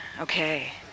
Okay